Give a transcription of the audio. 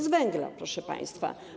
Z węgla, proszę państwa.